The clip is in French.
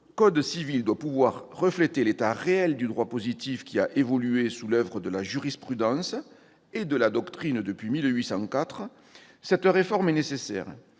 code civil doit pouvoir refléter l'état réel du droit positif, qui a évolué sous l'oeuvre de la jurisprudence et de la doctrine depuis 1804, cette réforme est nécessaire.